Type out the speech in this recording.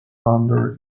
under